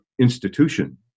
institution